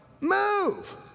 move